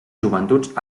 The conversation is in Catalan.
joventuts